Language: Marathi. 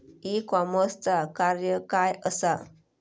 ई कॉमर्सचा कार्य काय असा?